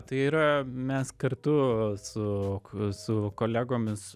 tai yra mes kartu su ku su kolegomis